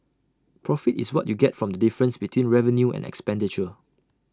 profit is what you get from difference between revenue and expenditure